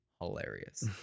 hilarious